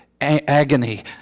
agony